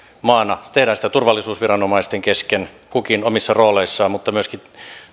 maana tehdään sitä turvallisuusviranomaisten kesken kukin omissa rooleissaan mutta myöskin